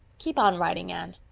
keep on writing, anne.